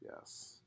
Yes